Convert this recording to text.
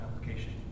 application